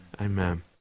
Amen